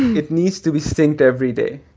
it needs to be synched every day.